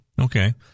Okay